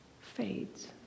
fades